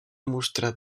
mostrar